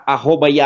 Arroba